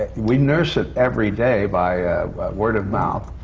we nurse it every day by word of mouth.